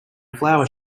flower